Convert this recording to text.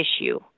issue